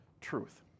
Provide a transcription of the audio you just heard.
truth